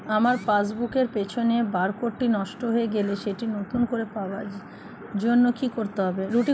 আমার পাসবুক এর পিছনে বারকোডটি নষ্ট হয়ে গেছে সেটি নতুন করে পাওয়ার জন্য কি করতে হবে?